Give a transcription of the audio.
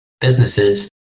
businesses